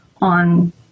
on